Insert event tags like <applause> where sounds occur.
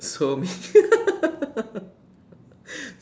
so meaning <laughs>